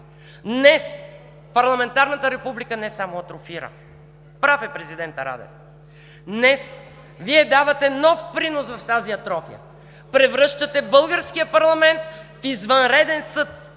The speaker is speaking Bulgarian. Днес парламентарната Република не само атрофира. (Реплики от ГЕРБ.) Прав е президентът Радев. Днес Вие давате нов принос в тази атрофия. Превръщате българския парламент в извънреден съд.